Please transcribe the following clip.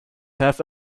have